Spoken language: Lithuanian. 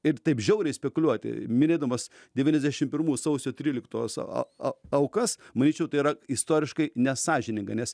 ir taip žiauriai spekuliuoti minėdamas devyniasdešim pirmų sausio tryliktos a a aukas manyčiau tai yra istoriškai nesąžininga nes